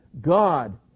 God